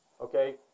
Okay